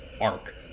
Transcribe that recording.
arc